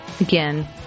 Again